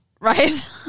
Right